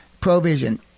Provision